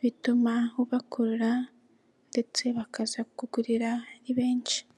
bituma ubakurura ndetse bakaza kukugurira ari benshi.